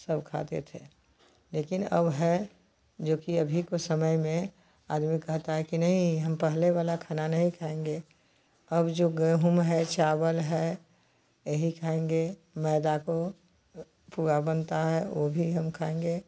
सब खाते थे लेकिन अब है जो कि अभी के समय में आदमी कहता है कि नहीं हम पहलेवाला खाना नहीं खाएँगे अब जो गेहूँ है चावल है वही खाएँगे मैदा का पूआ बनता है वह भी हम खाएँगे